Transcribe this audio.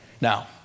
Now